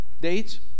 dates